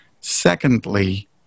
Secondly